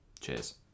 Cheers